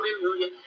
Hallelujah